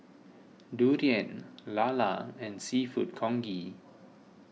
Durian Lala and Seafood Congee